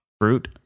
fruit